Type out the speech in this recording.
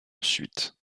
ensuite